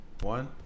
One